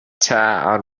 چعر